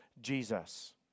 Jesus